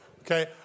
Okay